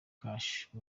cash